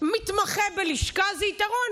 התמחות בלשכה זה יתרון,